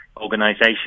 organisation